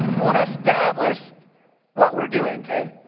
i wanna establish what we're doing, okay?